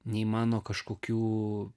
nei mano kažkokių